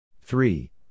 Three